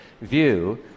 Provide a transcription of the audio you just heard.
view